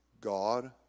God